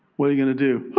what are you going to do?